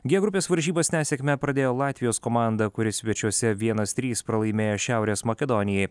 g grupės varžybas nesėkme pradėjo latvijos komanda kuri svečiuose vienas trys pralaimėjo šiaurės makedonijai